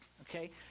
okay